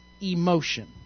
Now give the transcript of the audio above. emotion